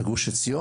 בגוש עציון.